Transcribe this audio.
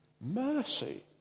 Mercy